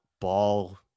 ball